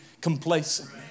complacent